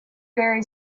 very